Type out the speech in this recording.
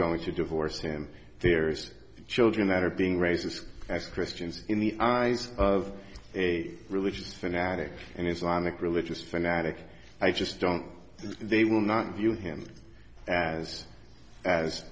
going to divorce him there is children that are being racist as christians in the eyes of a religious fanatic and islamic religious fanatic i just don't they will not